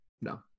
No